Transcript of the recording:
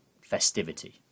festivity